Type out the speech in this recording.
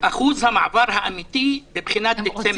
אחוז המעבר האמיתי בבחינת דצמבר,